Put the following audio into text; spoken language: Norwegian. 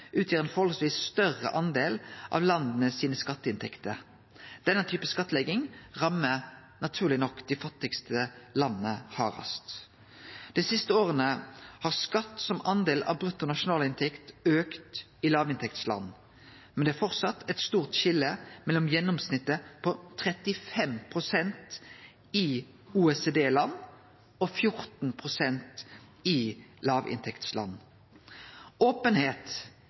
utgjer ein forholdsmessig større del av landets skatteinntekter. Denne typen skattlegging rammar, naturleg nok, dei fattigaste landa hardast. Dei siste åra har skatt som del av bruttonasjonalinntekt auka i låginntektsland, men det er framleis eit stort skilje mellom gjennomsnittet på 35 pst. i OECD-land og 14 pst. i låginntektsland. Openheit